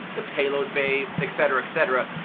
the payload bay et cetera, et cetera,